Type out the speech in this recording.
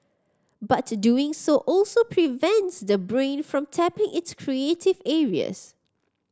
but doing so also prevents the brain from tapping its creative areas